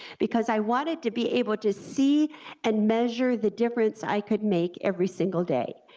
because i wanted to be able to see and measure the difference i could make every single day.